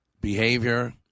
behavior